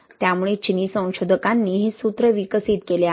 त्यामुळे चिनी संशोधकांनी हे सूत्र विकसित केले आहे